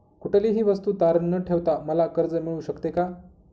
कुठलीही वस्तू तारण न ठेवता मला कर्ज मिळू शकते का?